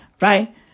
Right